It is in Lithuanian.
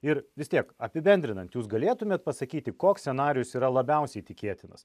ir vis tiek apibendrinant jūs galėtumėt pasakyti koks scenarijus yra labiausiai tikėtinas